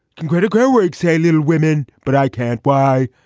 and greta gerwig say little women. but i can't. why?